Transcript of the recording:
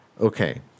okay